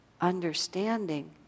understanding